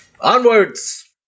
Onwards